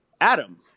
Adam